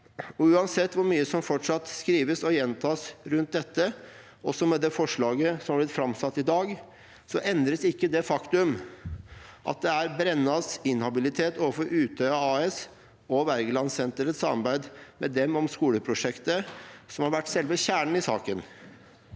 Uansett hvor mye som fortsatt skrives og gjentas rundt dette, også med det forslaget som er blitt framsatt i dag, endres ikke det faktum at det er Brennas inhabilitet overfor Utøya AS og Wergelandsenterets samarbeid med dem om skoleprosjektet som er selve kjernen i saken